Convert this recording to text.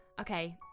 Okay